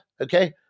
Okay